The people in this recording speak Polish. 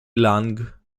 lange